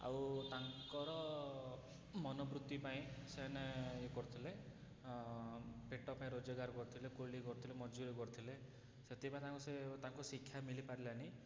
ଆଉ ତାଙ୍କର ମନୋବୃତ୍ତି ପାଇଁ ସେମାନେ ୟେ କରୁଥିଲେ ପେଟ ପାଇଁ ରୋଜଗାର କରୁଥିଲେ କୁଲି କରୁଥିଲେ ମଜୁରୀ କରୁଥିଲେ ସେଥିପାଇଁ ତାଙ୍କୁ ସେ ତାଙ୍କୁ ଶିକ୍ଷା ମିଳିପାରିଲାନି